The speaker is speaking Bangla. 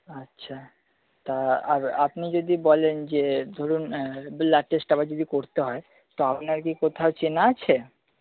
আচ্ছা তা আর আপনি যদি বলেন যে ধরুন ব্লাড টেস্ট আবার যদি করতে হয় তা আপনার কী কোথাও চেনা আছে